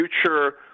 future